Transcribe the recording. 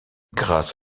grâce